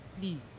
Please